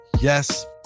yes